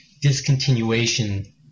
discontinuation